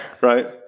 Right